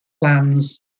plans